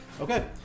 Okay